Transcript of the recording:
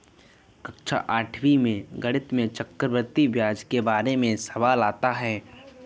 कक्षा आठवीं में गणित में चक्रवर्ती ब्याज के बारे में सवाल आता है